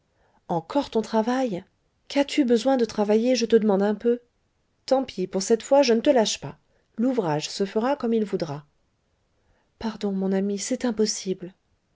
encore ton travail qu'as-tu besoin de travailler je te demande un peu tant pis pour cette fois je ne te lâche pas l'ouvrage se fera comme il voudra pardon mon ami c'est impossible